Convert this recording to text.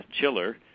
Chiller